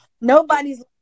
Nobody's